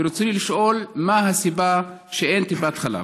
ברצוני לשאול: מה הסיבה שאין טיפת חלב?